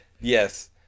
yes